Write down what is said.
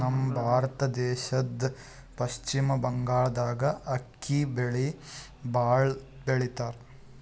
ನಮ್ ಭಾರತ ದೇಶದ್ದ್ ಪಶ್ಚಿಮ್ ಬಂಗಾಳ್ದಾಗ್ ಅಕ್ಕಿ ಬೆಳಿ ಭಾಳ್ ಬೆಳಿತಾರ್